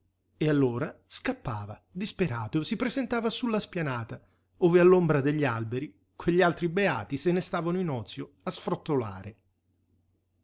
e allora scappava disperato si presentava su la spianata ove all'ombra degli alberi quegli altri beati se ne stavano in ozio a sfrottolare